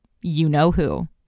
you-know-who